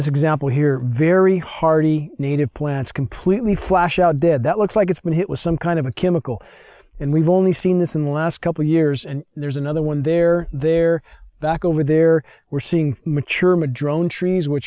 example here very hearty native plants completely slash out dead that looks like it's been hit with some kind of a chemical and we've only seen this in the last couple of years and there's another one there they're back over there we're seeing mature